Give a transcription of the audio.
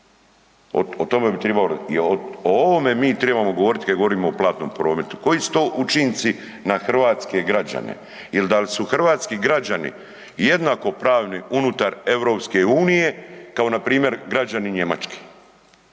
na referendumu, o ovome mi trebamo govoriti kada govorimo o platnom prometu, koji su to učinci na hrvatske građane ili da li su hrvatski građani jednakopravni unutar EU kao npr. građani Njemačke.